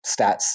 stats